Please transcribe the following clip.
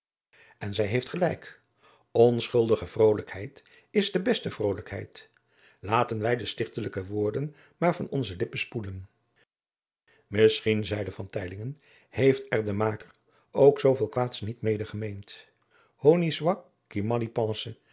en zij heeft gelijk onschuldige vrolijkheid is de beste vrolijkheid laten wij de onstichtelijke woorden maar van onze lippen spoelen misschien zeide van teylingen heeft er de maker ook zooveel kwaads niet mede gemeend